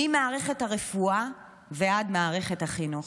ממערכת הרפואה ועד מערכת החינוך.